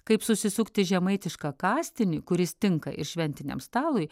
kaip susisukti žemaitišką kastinį kuris tinka ir šventiniam stalui